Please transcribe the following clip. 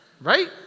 Right